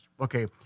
Okay